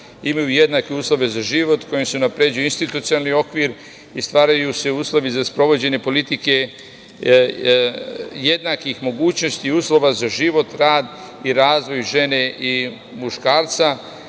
imaj jednake uslove za život, kojim se unapređuju institucionalni okvir i stvaraju se uslovi za sprovođenje politike jednakih mogućnosti i uslova za život, rad i razvoj žene muškarca. Kroz